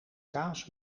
kaas